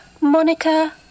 Monica